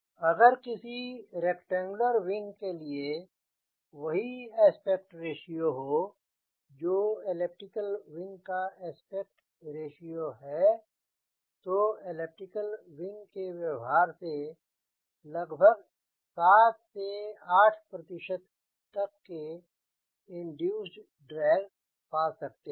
अगर किसी rectangular wing के लिए वही एस्पेक्ट रेश्यो हो जो एलिप्टिकल विंग का एस्पेक्ट रेश्यो है तो एलिप्टिकल विंग के व्यवहार से लगभग 7 से 8 तक के इंड्यूसेड ड्रैग पा सकते हैं